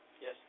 Yes